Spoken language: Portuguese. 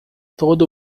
todo